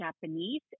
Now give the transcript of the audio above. Japanese